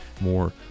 more